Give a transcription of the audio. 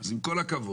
אז עם כל הכבוד,